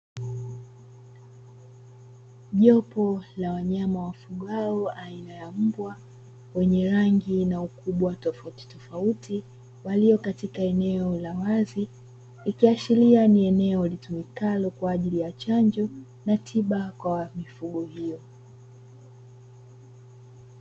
Jopo la wanyama wafugwao aina ya mbwa wenye rangi na ukubwa tofautitofauti walio katika eneo la wazi. Ikiashiria ni eneo litumikalo kwaajili ya chanjo na tiba kwa mifugo hiyo .